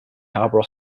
harbour